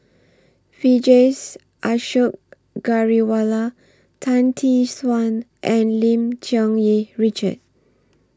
Vijesh Ashok Ghariwala Tan Tee Suan and Lim Cherng Yih Richard